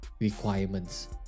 requirements